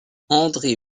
andré